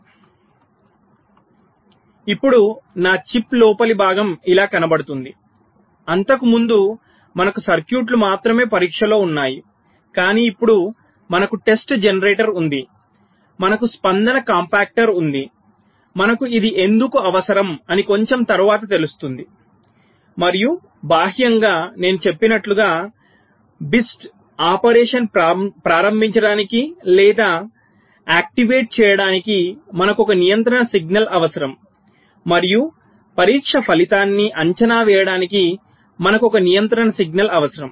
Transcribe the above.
కాబట్టి ఇప్పుడు నా చిప్ లోపలి భాగం ఇలా కనబడుతుంది అంతకుముందు మనకు సర్క్యూట్లు మాత్రమే పరీక్షలో ఉన్నాయి కానీ ఇప్పుడు మనకు టెస్ట్ జనరేటర్ ఉంది మనకు స్పందన కాంపాక్టర్ ఉంది మనకు ఇది ఎందుకు అవసరం అని కొంచెం తరువాత వస్తుంది మరియు బాహ్యంగా నేను చెప్పినట్లుగా BIST ఆపరేషన్ ప్రారంభించడానికి లేదా సక్రియం చేయడానికి మనకు ఒక నియంత్రణ సిగ్నల్ అవసరం మరియు పరీక్ష ఫలితాన్ని అంచనా వేయడానికి మనకు ఒక నియంత్రణ సిగ్నల్ అవసరం